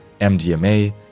MDMA